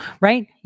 right